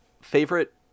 favorite